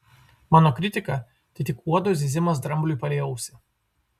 mano kritika tai tik uodo zyzimas drambliui palei ausį